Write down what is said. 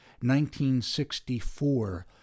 1964